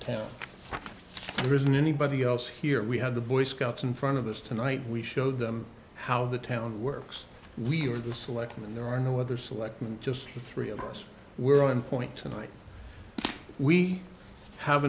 town there isn't anybody else here we have the boy scouts in front of us tonight we show them how the town works we are the selection and there are no other select just the three of us were on point tonight we have